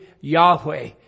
Yahweh